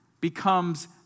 becomes